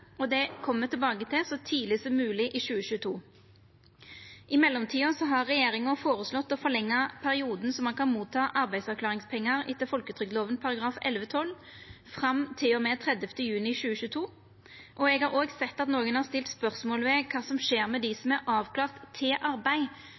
tilbake til så tidleg som mogleg i 2022. I mellomtida har regjeringa føreslått å forlengja perioden då ein kan få arbeidsavklaringspengar etter folketrygdloven § 11-12, fram til og med 30. juni 2022. Eg har òg sett at nokon har stilt spørsmål ved kva som skjer med dei